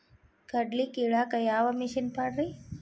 ಕಡ್ಲಿ ಕೇಳಾಕ ಯಾವ ಮಿಷನ್ ಪಾಡ್ರಿ?